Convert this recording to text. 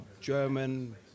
German